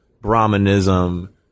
Brahmanism